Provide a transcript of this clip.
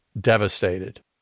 devastated